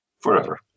Forever